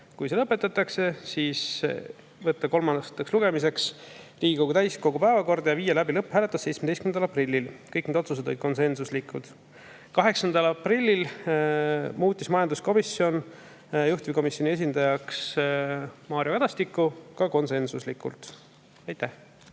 Kui see lõpetatakse, siis [on ettepanek] võtta see kolmandaks lugemiseks Riigikogu täiskogu päevakorda ja viia läbi lõpphääletus 17. aprillil. Kõik need otsused olid konsensuslikud. 8. aprillil muutis majanduskomisjon juhtivkomisjoni esindajaks Mario Kadastiku, ka konsensuslikult. Aitäh!